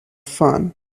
fun